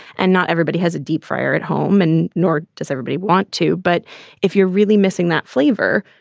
and not everybody has a deep fryer at home, and nor does everybody want to. but if you're really missing that flavor,